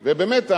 ובאמת,